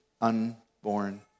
unborn